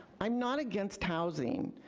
i'm not against housing.